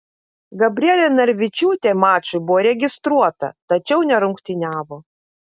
gabrielė narvičiūtė mačui buvo registruota tačiau nerungtyniavo